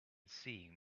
seeing